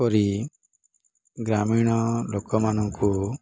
କରି ଗ୍ରାମୀଣ ଲୋକମାନଙ୍କୁ